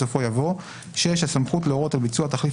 בסופו יבוא: "(6) הסמכות להורות על ביצוע תחליף